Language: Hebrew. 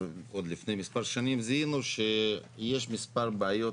עוד לפני מספר שנים זיהינו שיש מספר בעיות